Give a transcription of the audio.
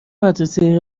مدرسه